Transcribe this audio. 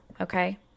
okay